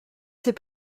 sais